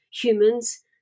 humans